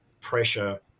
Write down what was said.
pressure